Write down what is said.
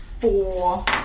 four